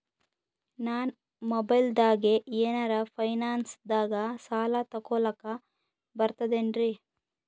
ನಾ ಮೊಬೈಲ್ದಾಗೆ ಏನರ ಫೈನಾನ್ಸದಾಗ ಸಾಲ ತೊಗೊಲಕ ಬರ್ತದೇನ್ರಿ?